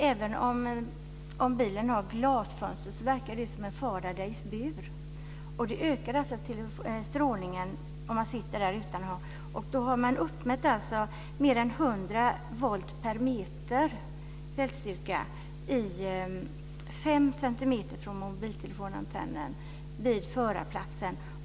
Även om bilen har glasfönster verkar den som en Faradays bur. Man har uppmätt mer än 100 volt per meter i fältstyrka fem centimeter från mobiltelefonantennen vid förarplatsen.